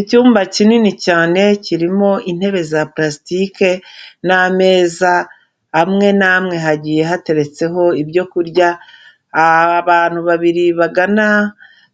Icyumba kinini cyane kirimo intebe za palasitike n'ameza amwe n'amwe hagiye hateretseho ibyo kurya, abantu babiri bagana